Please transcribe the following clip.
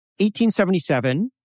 1877